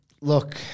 Look